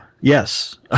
yes